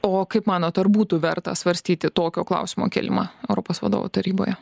o kaip manot ar būtų verta svarstyti tokio klausimo kėlimą europos vadovų taryboje